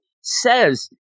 says